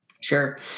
Sure